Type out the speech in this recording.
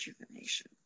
rejuvenation